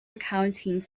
accounting